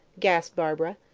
gasped barbara.